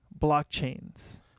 blockchains